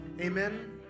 Amen